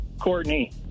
Courtney